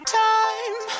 time